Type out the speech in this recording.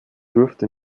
durfte